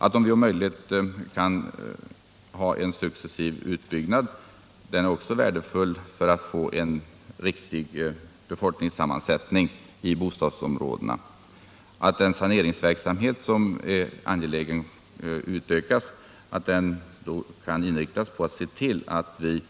Vidare är det värdefullt med en successiv utbyggnad, för att man skall kunna få en riktig befolkningssammansättning i bostadsområdena. Saneringsverksamheten, som det är angeläget att utöka, bör inriktas så, att vi